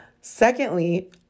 Secondly